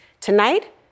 Tonight